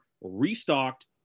restocked